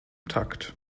takt